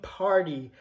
party